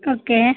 okay